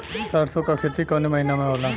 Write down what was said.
सरसों का खेती कवने महीना में होला?